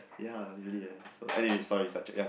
ya really eh so anyway sorry sidetrack ya